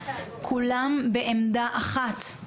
כולם בעמדה אחת.